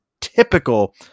typical